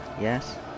yes